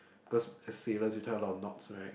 cause as sailors you tie a lot of knots right